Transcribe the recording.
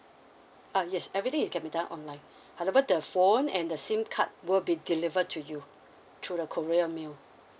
uh yes everything is can be done online however the phone and the SIM card will be delivered to you through the courier mail